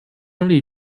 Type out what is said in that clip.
整理